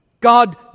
God